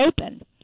open